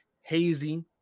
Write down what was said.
hazy